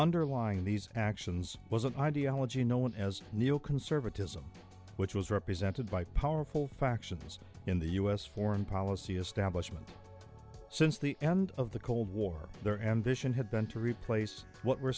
underlying these actions was an ideology known as neoconservatism which was represented by powerful factions in the us foreign policy establishment since the end of the cold war their ambition had been to replace what were